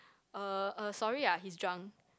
uh uh sorry ah he's drunk